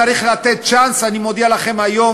אני מודה שאלי גם ניהל את הדיון,